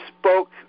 spoke